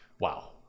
Wow